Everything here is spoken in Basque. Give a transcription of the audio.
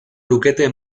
lukete